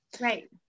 Right